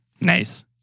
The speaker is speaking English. Nice